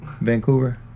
Vancouver